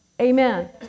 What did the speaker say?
Amen